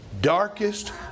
darkest